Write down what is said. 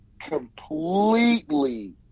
completely